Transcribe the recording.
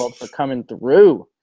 um for coming through.